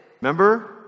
Remember